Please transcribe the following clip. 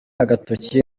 agatoki